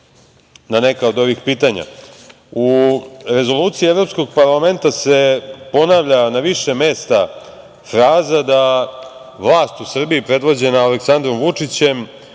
na neka od ovih pitanja.U Rezoluciji Evropskog parlamenta se ponavlja na više mesta fraza da vlast u Srbiji predvođena Aleksandrom Vučićem